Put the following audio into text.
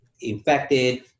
infected